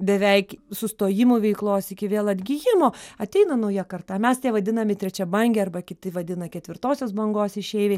beveik sustojimu veiklos iki vėl atgijimo ateina nauja karta mes tie vadinami trečiabangiai arba kiti vadina ketvirtosios bangos išeiviai